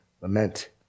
lament